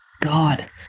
god